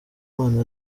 imana